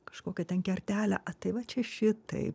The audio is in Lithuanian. kažkokią ten kertelę a tai va čia šitaip